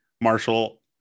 Marshall